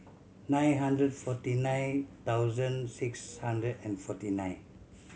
nine hundred forty nine thousand six hundred and forty nine